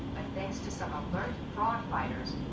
thanks to some alert fraud fighters,